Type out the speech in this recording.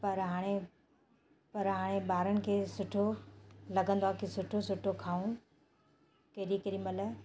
पर हाणे पर हाणे ॿारनि खे सुठो लॻंदो आहे कि सुठो सुठो खाऊं केॾी केॾीमहिल